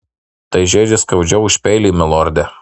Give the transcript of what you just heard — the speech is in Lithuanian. tai žeidžia skaudžiau už peilį milorde